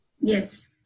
Yes